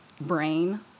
brain